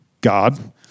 God